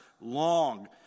long